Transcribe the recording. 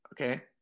Okay